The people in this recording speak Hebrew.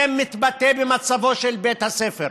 זה מתבטא במצבו של בית הספר.